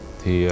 thì